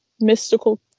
mystical